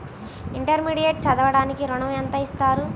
Intermediate చదవడానికి ఋణం ఎంత ఇస్తారు?